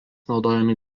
naudojami